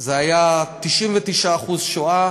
זה היה 99% שואה